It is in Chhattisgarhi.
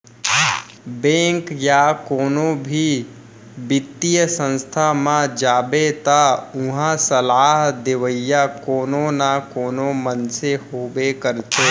बेंक या कोनो भी बित्तीय संस्था म जाबे त उहां सलाह देवइया कोनो न कोनो मनसे होबे करथे